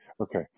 Okay